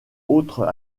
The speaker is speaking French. autres